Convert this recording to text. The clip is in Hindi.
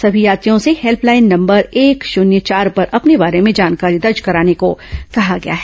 सभी यात्रियों से हेल्पलाइन नंबर एक शुन्य चार पर अपने बारे में जानकारी दर्ज कराने को कहा गया है